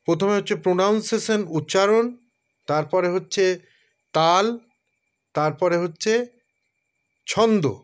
প্রথমে হচ্ছে প্রোনাউনসেশন উচ্চারণ তারপরে হচ্ছে তাল তারপরে হচ্ছে ছন্দ